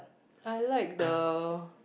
I like the